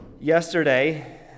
Yesterday